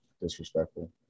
Disrespectful